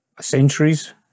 centuries